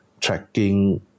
tracking